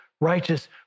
righteous